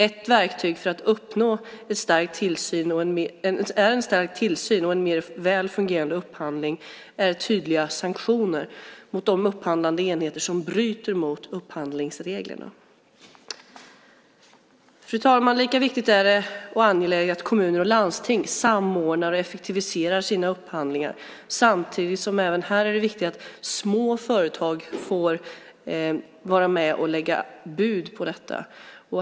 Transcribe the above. Ett verktyg för att uppnå en stärkt tillsyn och en väl fungerande upphandling är tydliga sanktioner mot de upphandlande enheter som bryter mot upphandlingsreglerna. Fru talman! Lika viktigt och angeläget är det att kommuner och landsting samordnar och effektiviserar sina upphandlingar. Här är det viktigt att små företag får vara med och lägga bud.